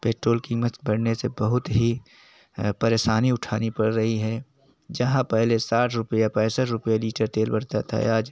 petrol कीमत बढ़ने से बहुत ही परेशानी उठानी पड़ रही है जहाँ पहले साठ रुपया पैंसठ रुपया लीटर तेल भरता था आज